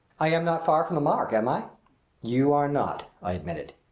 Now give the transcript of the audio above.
i am not far from the mark, am i? you are not, i admitted.